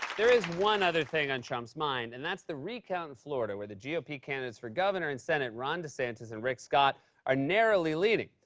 there is one other thing on trump's mind, and that's the recount in florida where the yeah ah gop candidates for governor and senate ron desantis and rick scott are narrowly leading.